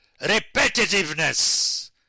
repetitiveness